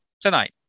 tonight